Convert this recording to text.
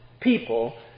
people